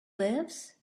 lives